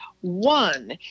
one